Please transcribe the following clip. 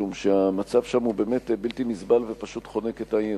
משום שהמצב שם הוא באמת בלתי נסבל ופשוט חונק את העיר.